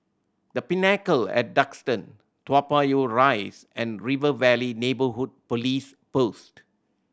The Pinnacle at Duxton Toa Payoh Rise and River Valley Neighbourhood Police Post